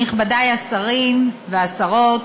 נכבדי השרים והשרות,